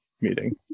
meeting